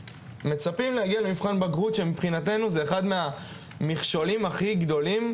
ומצפים להגיע למבחן בגרות שמבחינתנו זה אחד מהמכשולים הכי גדולים,